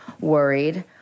worried